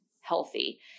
healthy